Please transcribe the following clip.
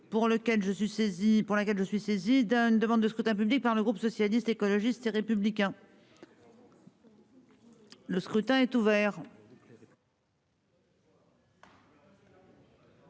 pour laquelle je suis saisi d'une demande de scrutin public par le groupe socialiste, écologiste et républicain. Le scrutin est ouvert.